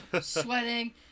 sweating